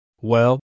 Well